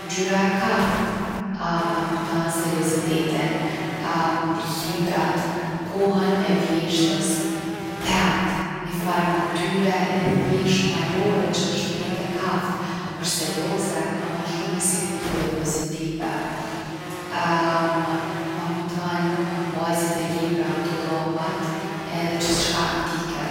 Ngjyra e kaft ma kujton seriozitetin librat, kohën e vjeshtës, pemt, nifar natyre e thjeshtë malore që osht krejt e kaft, osht serioze ama osht shumë e sigurt edhe pozitive. ma kujton mbajtset e librave, dollapat edhe gjithçka antike.